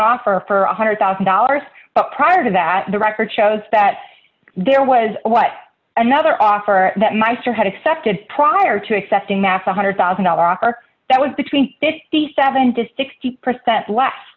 offer for one hundred thousand dollars but prior to that the record shows that there was what another offer that meister had accepted prior to accepting that's one hundred thousand dollars offer that was between fifty seven to sixty percent less